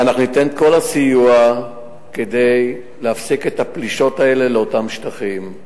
ואנחנו ניתן את כל הסיוע כדי להפסיק את הפלישות האלה לאותם שטחים.